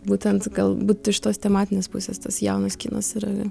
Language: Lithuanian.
būtent galbūt iš tos tematinės pusės tas jaunas kinas yra